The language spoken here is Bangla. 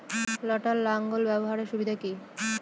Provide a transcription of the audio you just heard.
লটার লাঙ্গল ব্যবহারের সুবিধা কি?